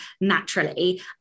naturally